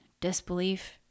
disbelief